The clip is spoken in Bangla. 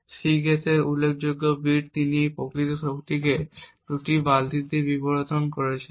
Cguess এর উল্লেখযোগ্য বিট তিনি এই প্রকৃত শক্তিকে দুটি বালতিতে বিতরণ করবেন